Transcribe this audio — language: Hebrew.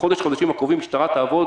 בחודשים הקרובים המשטרה תעבוד